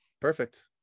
perfect